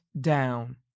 down